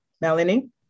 Melanie